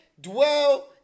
dwell